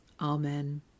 Amen